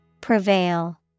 Prevail